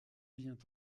vient